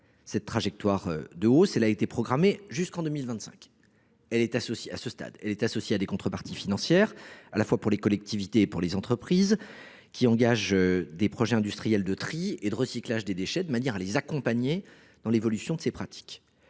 Cette trajectoire de hausse a été programmée, à ce stade, jusqu’en 2025. Elle est associée à des contreparties financières, pour les collectivités comme pour les entreprises qui engagent des projets industriels de tri et de recyclage des déchets, de manière à les accompagner dans l’évolution des pratiques.